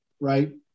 right